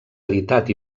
editat